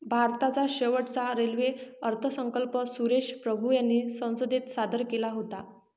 भारताचा शेवटचा रेल्वे अर्थसंकल्प सुरेश प्रभू यांनी संसदेत सादर केला होता